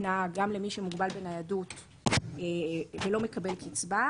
נהג גם למי שמוגבל בניידות ולא מקבל קצבה,